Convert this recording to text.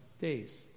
days